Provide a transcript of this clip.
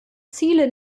ziele